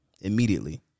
immediately